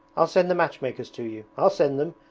i'll send the matchmakers to you i'll send them!